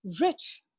rich